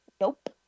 Nope